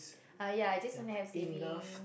uh ya I just want to have saving